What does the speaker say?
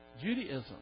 Judaism